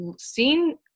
seen